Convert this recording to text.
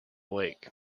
lake